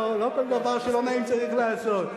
לא כל דבר שלא נעים צריך לעשות.